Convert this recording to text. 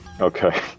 okay